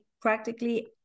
practically